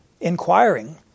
inquiring